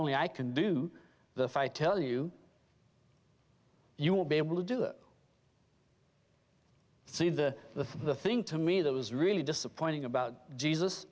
only i can do the fi tell you you won't be able to do it seemed the thing to me that was really disappointing about jesus